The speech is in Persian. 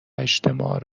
اجتماع